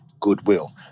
Goodwill